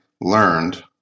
learned